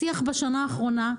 השיח בשנה האחרונה,